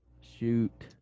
Shoot